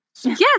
yes